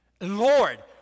Lord